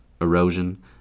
erosion